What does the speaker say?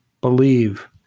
believe